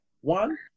one